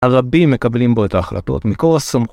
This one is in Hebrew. הרבים מקבלים בו את ההחלטות מקור הסמ...